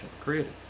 created